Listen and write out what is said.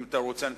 אם תרצה,